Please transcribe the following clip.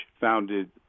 founded